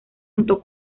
junto